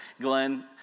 Glenn